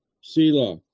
Selah